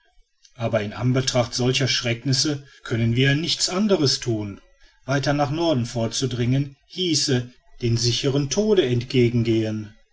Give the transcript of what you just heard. aber in anbetracht solcher schrecknisse können wir ja nichts anderes thun weiter nach norden vorzudringen hieße dem sicheren tode entgegengehen